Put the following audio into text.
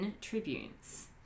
tribunes